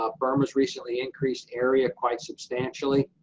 ah burma's recently increased area quite substantially,